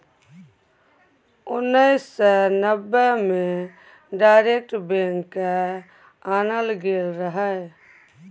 उन्नैस सय नब्बे मे डायरेक्ट बैंक केँ आनल गेल रहय